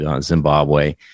Zimbabwe